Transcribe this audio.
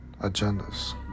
agendas